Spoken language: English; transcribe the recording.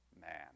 man